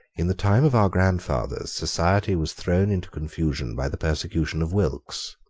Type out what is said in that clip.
in the time of our grandfathers, society was thrown into confusion by the persecution of wilkes.